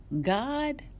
God